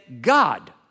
God